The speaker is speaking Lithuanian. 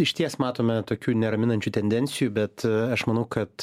išties matome tokių neraminančių tendencijų bet aš manau kad